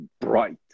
bright